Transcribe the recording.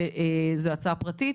שזאת הצעה פרטית,